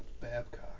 Babcock